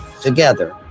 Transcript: Together